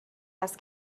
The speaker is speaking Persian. هست